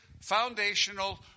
foundational